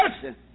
person